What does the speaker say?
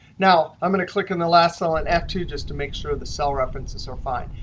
now, i'm going to click in the last cell and f two just to make sure the cell references are fine.